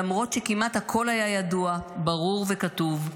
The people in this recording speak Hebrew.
למרות שכמעט הכול היה ידוע ברור וכתוב,